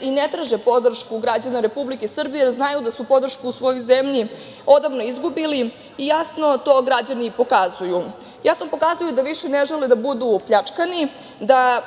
i ne traže podršku građana Republike Srbije, jer znaju da su podršku u svojoj zemlji odavno izgubili i jasno to građani pokazuju. Jasno pokazuju da više ne žele da budu pljačkani,